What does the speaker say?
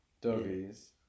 Doggies